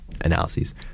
analyses